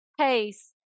pace